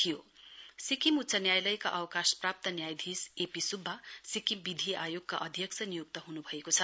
chairman law commission Sikkim उच्च न्यायालयका अवकाशप्राप्त न्यायाधीश ए पी सुब्बा सिक्किम विधि आयोगका अध्यक्ष नियुक्त हुनु भएको छ